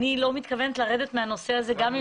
אני לא מתכוונת לרדת מהנושא הזה גם אם